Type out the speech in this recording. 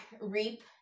reap